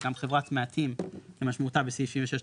זה גם חברת מעטים כמשמעותה בסעיף 76 לפקודה,